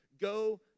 Go